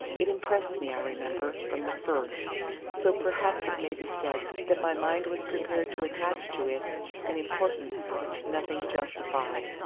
it impressed me, i remember, from the first so perhaps it may be said that my mind was prepared to attach to it an importance which nothing justified.